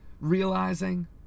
realizing